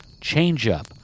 change-up